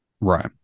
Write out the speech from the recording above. right